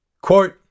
Quote